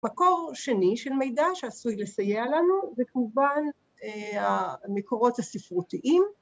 ‫מקור שני של מידע שעשוי לסייע לנו, ‫זה כמובן המקורות הספרותיים.